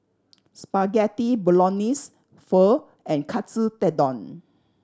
Spaghetti Bolognese Pho and Katsu Tendon